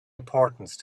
importance